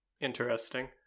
interesting